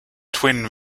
twin